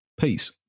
peace